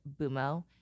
BUMO